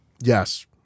yes